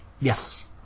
Yes